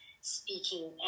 speaking